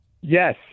Yes